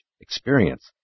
experience